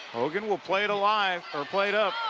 hogan will play it alive or play it up.